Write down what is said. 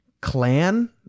clan